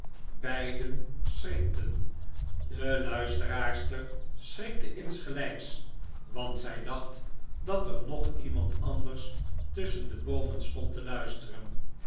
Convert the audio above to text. beiden schrikten de luisteraarster schrikte insgelijks want zij dacht dat er nog iemand anders tusschen de boomen stond te luisteren